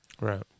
Right